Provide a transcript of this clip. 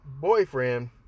boyfriend